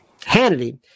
Hannity